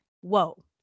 Whoa